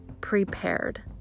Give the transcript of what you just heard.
prepared